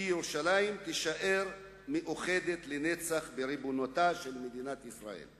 כי ירושלים תישאר מאוחדת לנצח בריבונותה של מדינת ישראל.